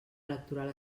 electoral